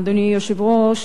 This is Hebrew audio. אדוני היושב-ראש,